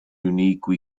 unique